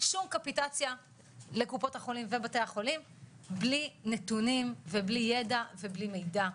שום קפיטציה לקופות החולים ובתי החולים בלי נתונים ובלי ידע ובלי מידע.